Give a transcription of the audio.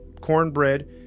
cornbread